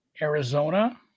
Arizona